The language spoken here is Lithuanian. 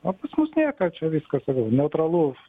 o pas mus nieko čia viskas neutralu